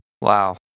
Wow